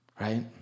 right